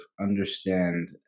understand